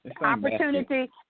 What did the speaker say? Opportunity